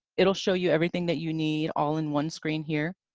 it'll show you everything that you need all in one screen, here.